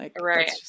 Right